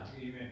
amen